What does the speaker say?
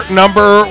number